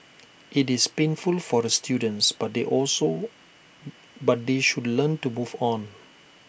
IT is painful for the students but they also but they should learn to move on